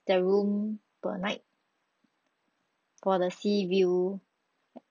the room per night for the sea view